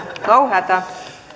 hätä